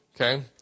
Okay